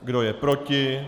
Kdo je proti?